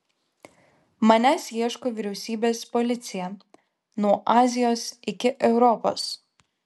manęs ieško vyriausybės policija nuo azijos iki europos